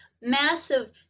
massive